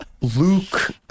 Luke